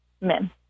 men